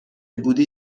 بودی